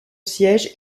siège